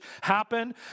happen